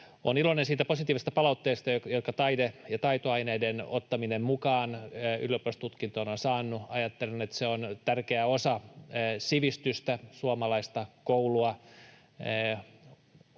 Olen iloinen siitä positiivista palautteesta, jota taide- ja taitoaineiden ottaminen mukaan ylioppilastutkintoon on saanut. Ajattelen, että se on tärkeä osa sivistystä, suomalaista koulua.